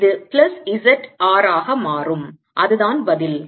எனவே இது plus R ஆக மாறும் அதுதான் பதில்